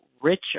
richer